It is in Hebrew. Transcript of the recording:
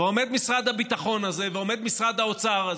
ועומד משרד הביטחון הזה, ועומד משרד האוצר הזה,